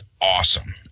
awesome